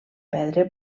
perdre